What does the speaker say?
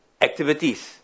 activities